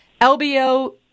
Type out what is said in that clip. LBO